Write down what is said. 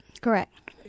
Correct